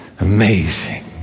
Amazing